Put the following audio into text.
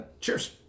Cheers